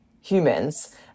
humans